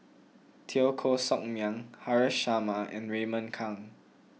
Teo Koh Sock Miang Haresh Sharma and Raymond Kang